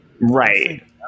Right